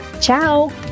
Ciao